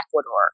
Ecuador